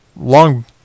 long